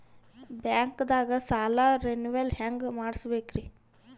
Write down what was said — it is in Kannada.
ಬ್ಯಾಂಕ್ದಾಗ ಸಾಲ ರೇನೆವಲ್ ಹೆಂಗ್ ಮಾಡ್ಸಬೇಕರಿ?